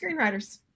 screenwriters